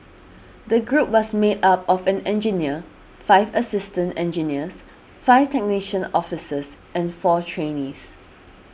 the group was made up of an engineer five assistant engineers five technician officers and four trainees